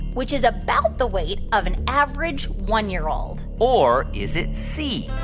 which is about the weight of an average one year old? or is it c,